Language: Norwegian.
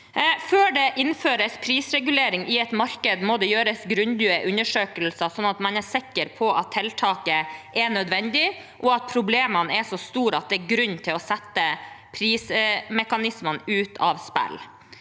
Før det innføres prisregulering i et marked, må det gjøres grundige undersøkelser, sånn at man er sikker på at tiltaket er nødvendig, og at problemene er så store at det er grunn til å sette prismekanismene ut av spill.